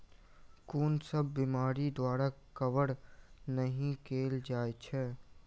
कुन सब बीमारि द्वारा कवर नहि केल जाय है?